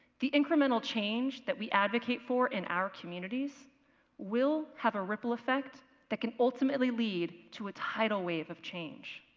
the incremental change that we advocate for in our communities will have a ripple effect that can ultimately lead to a tidal wave of change.